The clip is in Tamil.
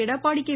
எடப்பாடி கே